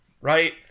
right